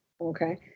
Okay